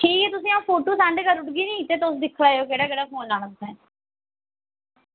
ठीक ऐ तुसेंगी अं'ऊ फोटो सैंड करी ओड़गी नी ते तुस दिक्खी लैएओ केह्ड़ा केह्ड़ा फोन लैना तुसें